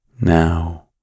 Now